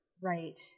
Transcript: right